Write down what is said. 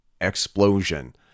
Explosion